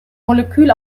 molekül